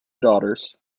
daughters